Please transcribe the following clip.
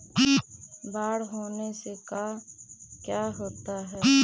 बाढ़ होने से का क्या होता है?